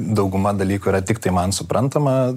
dauguma dalykų yra tiktai man suprantama